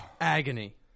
Agony